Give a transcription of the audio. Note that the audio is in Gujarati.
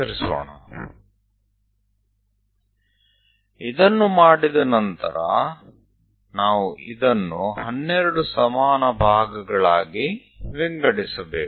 એકવાર તે થઈ જાય ત્યારબાદ આપણને આને 12 સમાન ભાગોમાં વહેંચવાની જરૂર છે